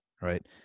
right